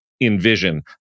envision